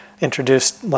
introduced